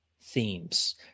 themes